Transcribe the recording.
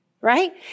right